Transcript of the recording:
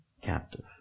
captive